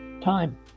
time